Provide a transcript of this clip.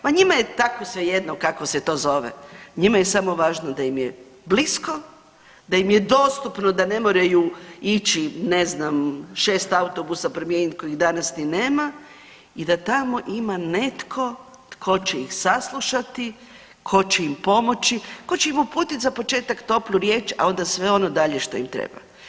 Ma njima je tako svejedno kako se to zove, njima je samo važno da im je blisko, da im je dostupno da ne moraju ići ne znam 6 autobusa promijeniti kojih danas ni nema i da tamo ima netko tko će ih saslušati, tko će im pomoći, tko će im uputiti za početak toplu riječ, a onda sve ono dalje što im treba.